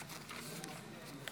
והבנייה (תיקון מס'